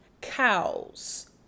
cows